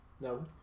No